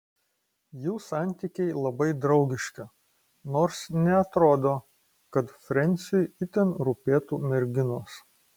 jų santykiai labai draugiški nors neatrodo kad frensiui itin rūpėtų merginos